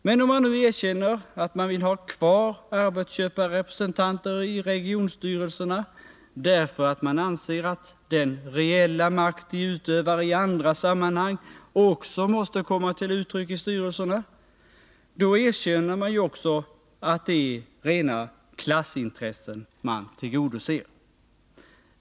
Men om man nu erkänner att man vill ha kvar arbetsköparrepresentanter i regionstyrelserna, därför att man anser att den reella makt de utövar i andra sammanhang även måste komma till uttryck i styrelserna, då erkänner man också att det är rena klassintressen man tillgodoser.